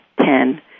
ten